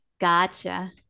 Gotcha